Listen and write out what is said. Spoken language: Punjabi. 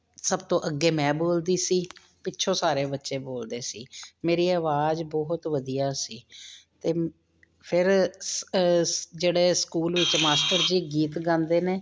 ਸਭ ਤੋਂ ਅੱਗੇ ਮੈਂ ਬੋਲਦੀ ਸੀ ਪਿੱਛੋਂ ਸਾਰੇ ਬੱਚੇ ਬੋਲਦੇ ਸੀ ਮੇਰੀ ਆਵਾਜ਼ ਬਹੁਤ ਵਧੀਆ ਸੀ ਅਤੇ ਫਿਰ ਜਿਹੜੇ ਸਕੂਲ ਵਿੱਚ ਮਾਸਟਰ ਸੀ ਗੀਤ ਗਾਉਂਦੇ ਨੇ